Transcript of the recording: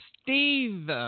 Steve